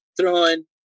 throwing